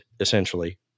essentially